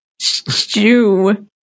stew